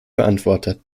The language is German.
beantwortet